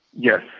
yes,